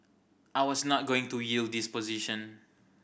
I was not going to yield this position